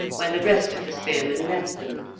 where the rest of the spearmen left them.